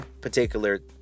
particular